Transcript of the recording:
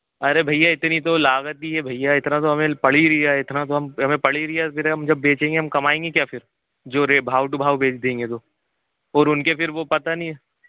अरे भैया इतनी तो लागत ही है भैया इतना तो हमें पड़ ही रहा है इतना तो हमें पड़ रहा है फिर हम जब बेचेंगे तो हम कमाएंगे क्या फिर जो रे भाव टू भाव बेच देंगे तो और उनके फिर वो पता नहीं